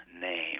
name